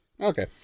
Okay